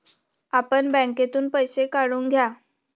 आपण बँकेतून पैसे काढून घ्या